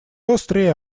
острее